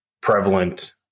prevalent